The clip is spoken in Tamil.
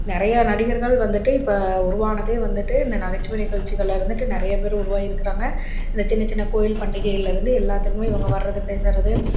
நிறைய நடிகர்கள் வந்துட்டு எப்போ உருவானதே வந்துட்டு இந்த நகைச்சுவை நிகழ்ச்சிகளில் இருந்துட்டு நிறைய பேர் உருவாகிருக்குறாங்க இந்த சின்ன சின்ன கோவில் பண்டிகைலேருந்து எல்லாத்துக்குமே இவங்க வர்றது பேசுகிறது